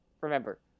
remember